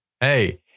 Hey